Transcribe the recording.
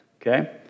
okay